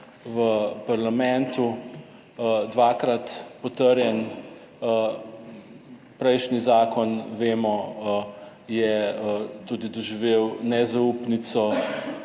v parlamentu dvakrat, potrjen. Prejšnji zakon, vemo, je tudi doživel nezaupnico